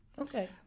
okay